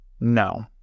No